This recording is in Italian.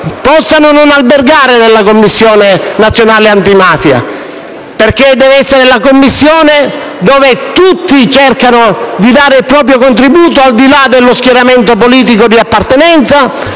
possano non albergare nella Commissione parlamentare antimafia, perché deve essere la Commissione dove tutti cercano di dare il proprio contributo, al di là dello schieramento politico di appartenenza,